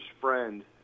friend